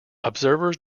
observers